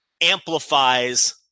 amplifies